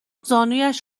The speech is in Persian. زانویش